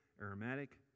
aromatic